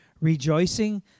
rejoicing